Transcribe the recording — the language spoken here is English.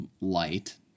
light